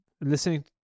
listening